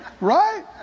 Right